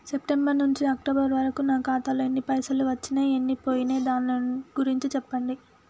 September నుంచి October వరకు నా ఖాతాలో ఎన్ని పైసలు వచ్చినయ్ ఎన్ని పోయినయ్ దాని గురించి చెప్పండి?